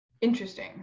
Interesting